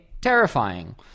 terrifying